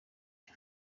byo